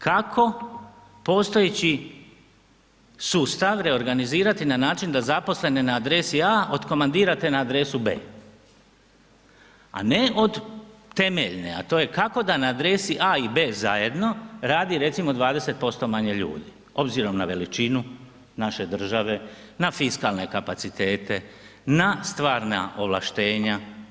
Kako postojeći sustav reorganizirati na način da zaposlene na adresi a odkomandirate na adresu b, a ne od temeljne, a to je kako da na adresi a i b zajedno radi recimo 20% manje ljudi, obzirom na veličinu naše države, na fiskalne kapacitete, na stvarna ovlaštenja.